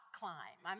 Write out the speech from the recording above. climb